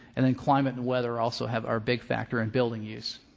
and then climate and weather also have are big factors in building use.